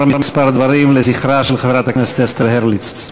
כמה דברים לזכרה של חברת הכנסת אסתר הרליץ.